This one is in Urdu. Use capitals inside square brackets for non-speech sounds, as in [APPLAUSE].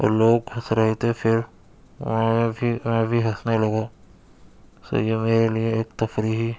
اور لوگ ہنس رہے تھے پھر وہاں [UNINTELLIGIBLE] پھر میں بھی ہنسنے لگا تو یہ میرے لیے ایک تفریحی